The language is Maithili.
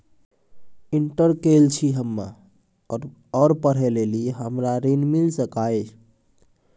इंटर केल छी हम्मे और पढ़े लेली हमरा ऋण मिल सकाई?